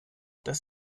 das